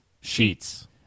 Sheets